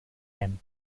him